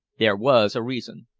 there was a reason.